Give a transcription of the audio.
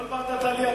כל הוועדה תבוא.